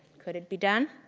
could it be done?